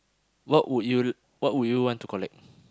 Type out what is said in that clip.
what would you what would you want to collect